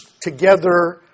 together